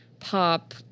pop